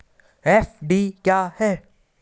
FD क्या है?